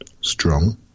strong